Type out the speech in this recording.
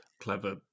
clever